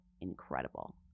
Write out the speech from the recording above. incredible